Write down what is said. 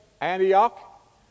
Antioch